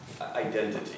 identity